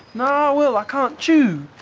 nah, i will, i can't chew.